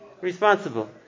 responsible